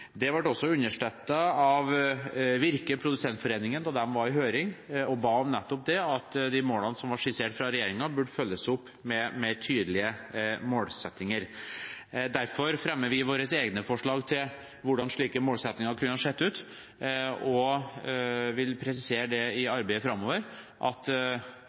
ble også understøttet av Virke Produsentforeningen da de var i høring og ba om at nettopp de målene som var skissert fra regjeringen, burde følges opp med mer tydelige målsettinger. Derfor fremmer vi våre egne forslag om hvordan slike målsettinger kunne ha sett ut, og vil presisere i arbeidet framover at